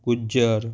Gujjar